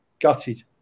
gutted